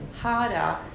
harder